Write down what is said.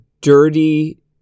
dirty